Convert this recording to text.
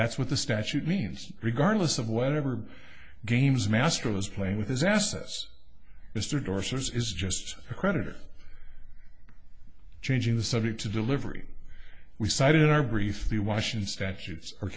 that's what the statute means regardless of whatever games master was playing with his asses mr dorsey was is just a creditor changing the subject to delivering we cited in our brief the washington statutes are